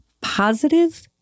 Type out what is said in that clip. positive